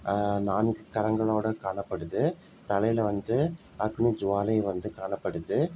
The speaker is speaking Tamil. நான்கு கரங்களோடு காணப்படுது தலையில் வந்து அக்னி ஜுவாலை வந்து காணப்படுது